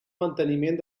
manteniment